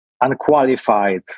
unqualified